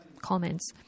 comments